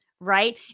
right